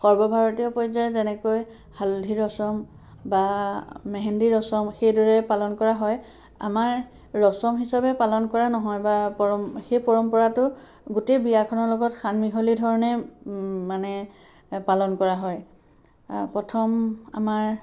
সৰ্বভাৰতীয় পৰ্যায়ত যেনেকৈ হালধি ৰচম বা মেহেন্দি ৰচম সেইদৰে পালন কৰা হয় আমাৰ ৰচম হিচাপে পালন কৰা নহয় বা পৰম্ সেই পৰম্পৰাটো গোটেই বিয়াখনৰ লগত সানমিহলি ধৰণে মানে পালন কৰ হয় প্ৰথম আমাৰ